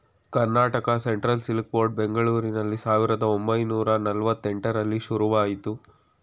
Karnataka central silk board ಬೆಂಗಳೂರಿನಲ್ಲಿ ಸಾವಿರದ ಒಂಬೈನೂರ ನಲ್ವಾತ್ತೆಂಟರಲ್ಲಿ ಶುರುವಾಯಿತು